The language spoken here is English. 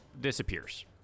disappears